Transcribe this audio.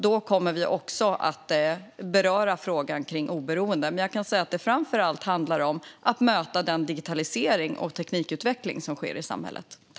Då kommer vi också att beröra frågan om oberoende, men jag kan säga att det framför allt handlar om att möta digitaliseringen och teknikutvecklingen som sker i samhället.